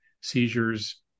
seizures